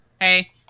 Hey